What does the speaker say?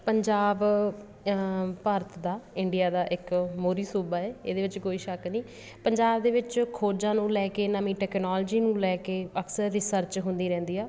ਪੰਜਾਬ ਭਾਰਤ ਦਾ ਇੰਡੀਆ ਦਾ ਇੱਕ ਮੋਹਰੀ ਸੂਬਾ ਹੈ ਇਹਦੇ ਵਿੱਚ ਕੋਈ ਸ਼ੱਕ ਨਹੀਂ ਪੰਜਾਬ ਦੇ ਵਿੱਚ ਖੋਜਾਂ ਨੂੰ ਲੈ ਕੇ ਨਵੀਂ ਟੈਕਨੋਲਜੀ ਨੂੰ ਲੈ ਕੇ ਅਕਸਰ ਰਿਸਰਚ ਹੁੰਦੀ ਰਹਿੰਦੀ ਆ